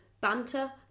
banter